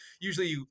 usually